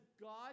God